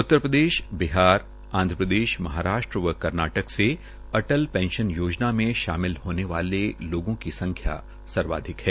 उत्तरप्रदेश बिहार आंधप्रदेश महाराष्ट्र व कर्नाटक से अटल पेंशन योजना में शामिल होने वाले लोगों की संख्या सर्वाधिक है